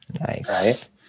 Nice